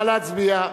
נא להצביע.